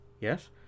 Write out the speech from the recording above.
Yes